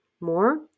more